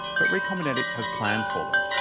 but recombinetics has plans for them.